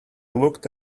looked